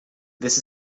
this